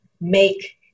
make